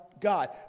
God